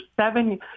seven